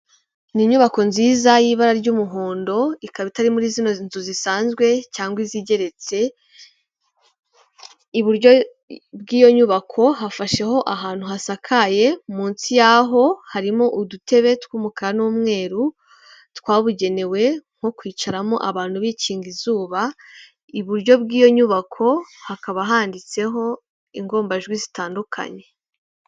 Ni inyubako nziza y'ibara ry'umuhondo ikaba itari muri zino nzu zisanzwe cyangwa izigeretse iburyo bw'iyo nyubako hafasheho ahantu hasakaye munsi y'aho harimo udutebe tw'umukara n'umweru twa bugenewe two kwicaramo abantu bikinga izuba iburyo bw'iyo nyubako hakaba handitseho ingombajwi zitandukanye.